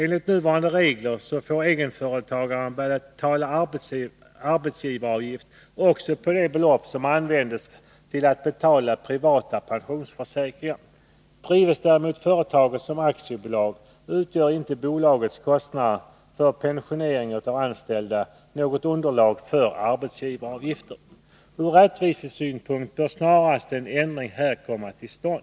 Enligt nuvarande regler får egenföretagaren betala arbetsgivaravgift också på det belopp som används till att betala privata pensionsförsäkringar. Drivs däremot företaget som aktiebolag utgör inte bolagets kostnader för pensionering av anställda något underlag för arbetsgivaravgifter. Ur rättvisesynpunkt bör en ändring här snarast komma till stånd.